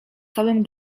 całym